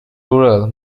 rural